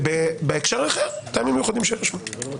בהקשר אחר "מטעמים מיוחדים שיירשמו".